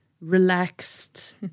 relaxed